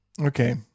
okay